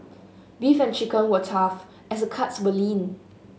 beef and chicken were tough as the cuts were lean